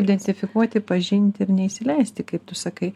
identifikuoti pažinti ir neįsileisti kaip tu sakai